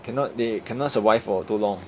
cannot they cannot survive for too long